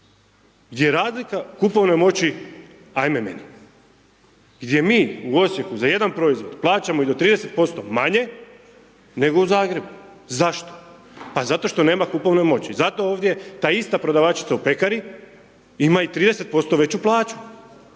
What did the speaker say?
Gdje je razlika kupovne moći ajme meni, gdje mi u Osijeku za jedan proizvod plaćamo i do 30% manje, nego u Zagrebu, zašto, pa zato što nema kupovne moći, zato ovdje ta ista prodavačica u pekari ima i 30% veću plaću.